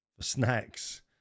Snacks